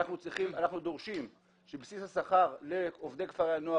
אנחנו דורשים שבסיס השכר לעובדי כפרי הנוער